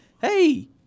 Hey